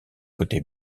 côté